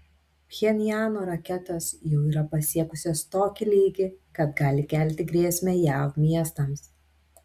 pchenjano raketos jau yra pasiekusios tokį lygį kad gali kelti grėsmę jav miestams